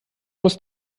muss